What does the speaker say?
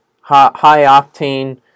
high-octane